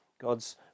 God's